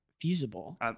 feasible